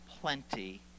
plenty